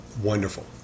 wonderful